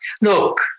Look